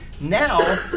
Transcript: now